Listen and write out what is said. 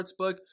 Sportsbook